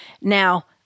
Now